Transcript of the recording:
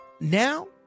now